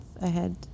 ahead